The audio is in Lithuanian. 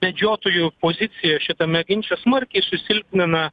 medžiotojų poziciją šitame ginče smarkiai susilpnina